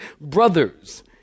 brothers